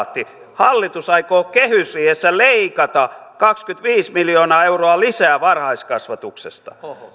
hallitus aikoo kehysriihessä leikata kaksikymmentäviisi miljoonaa euroa lisää varhaiskasvatuksesta